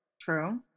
True